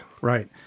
right